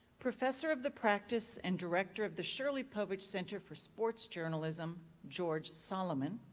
professor of the practice and director of the shirley povich center for sports journalism george solomon.